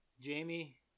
Jamie